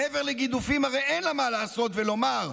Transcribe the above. מעבר לגידופים הרי אין לה מה לעשות ולומר,